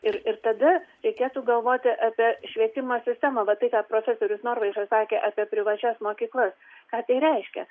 ir ir tada reikėtų galvoti apie švietimo sistemą va tai ką procesorius norvaišas sakė apie privačias mokyklas ką tai reiškia